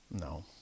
No